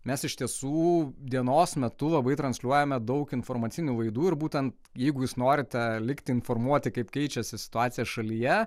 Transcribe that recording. mes iš tiesų dienos metu labai transliuojame daug informacinių laidų ir būtent jeigu jūs norite likti informuoti kaip keičiasi situacija šalyje